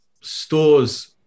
stores